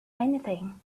anything